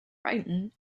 brighton